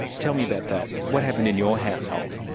tell me about that. what happened in your household?